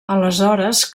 aleshores